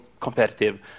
competitive